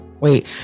wait